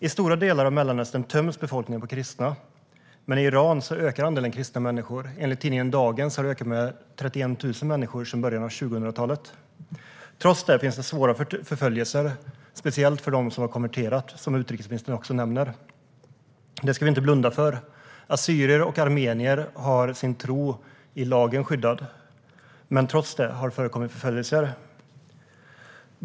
I stora delar av Mellanöstern töms befolkningen på kristna, men i Iran ökar andelen kristna människor. Enligt tidningen Dagen har den ökat med 31 000 människor sedan början av 2000-talet. Trots det förekommer svåra förföljelser, speciellt av dem som har konverterat, som utrikesministern också nämner. Det ska vi inte blunda för. Assyrier och armenier har sin tro skyddad i lagen, men trots det har det förekommit förföljelser.